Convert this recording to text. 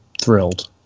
thrilled